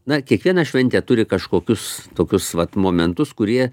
na kiekviena šventė turi kažkokius tokius vat momentus kurie